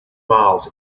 miles